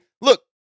look